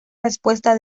respuesta